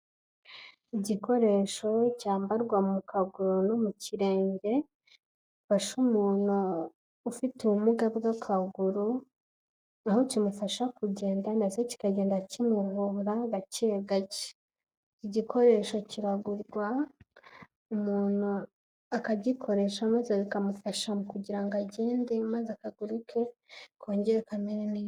Igikoresho cyambarwa mu kaguru no mu kirenge, gifasha umuntu ufite ubumuga bw'akaguru, aho kimufasha kugenda na cyo kikagenda kimuvura gake gake. Iki gikoresho kiragurwa, umuntu akagikoresha maze bikamufasha kugira ngo agende maze akaguru ke kongere kamere neza.